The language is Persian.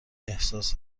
احساس